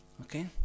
Okay